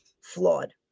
flawed